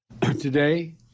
Today